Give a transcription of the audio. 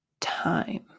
time